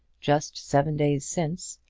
just seven days since,